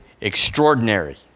extraordinary